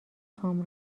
خوام